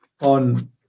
on